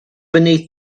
beneath